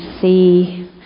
see